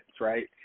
right